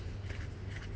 hamsters